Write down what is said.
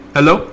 Hello